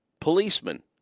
policemen